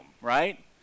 right